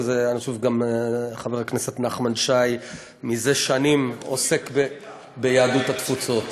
ואני חושב שגם חבר הכנסת נחמן שי כבר שנים עוסק ביהדות התפוצות.